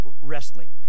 wrestling